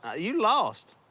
ah you lost.